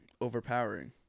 overpowering